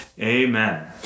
Amen